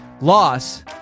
loss